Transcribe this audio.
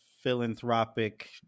philanthropic